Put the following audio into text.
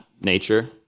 nature